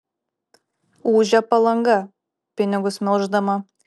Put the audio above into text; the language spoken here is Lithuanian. ūžia palanga pinigus melždama